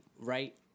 right